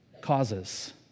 causes